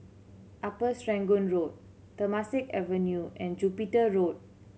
Upper Serangoon Road Temasek Avenue and Jupiter Road